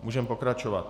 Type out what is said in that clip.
Můžeme pokračovat.